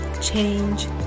change